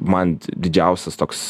man didžiausias toks